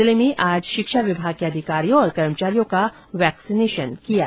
जिले में आज शिक्षा विभाग के अधिकारियों और कर्मचारियों का वैक्सीनेशन किया जाएगा